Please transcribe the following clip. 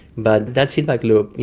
but that feedback loop, you